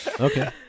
okay